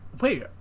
Wait